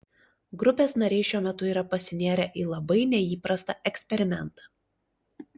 grupės nariai šiuo metu yra pasinėrę į labai neįprastą eksperimentą